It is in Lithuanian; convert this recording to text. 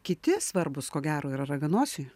kiti svarbūs ko gero yra raganosiu